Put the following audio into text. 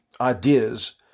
ideas